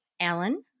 Alan